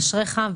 אשריך.